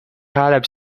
caleb